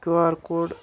Q R code